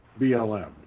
BLM